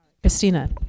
Christina